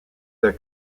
their